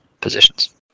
positions